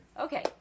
okay